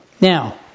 Now